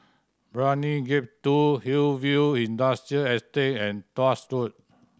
Brani Gate Two Hillview Industrial Estate and Tuas Road